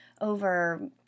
over